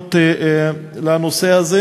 הראשונות לנושא הזה,